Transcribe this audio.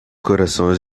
corações